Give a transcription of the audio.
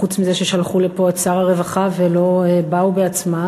חוץ מזה ששלחו לפה את שר הרווחה ולא באו בעצמם?